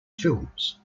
films